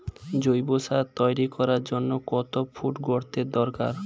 জৈব সার তৈরি করার জন্য কত ফুট গর্তের দরকার?